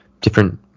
different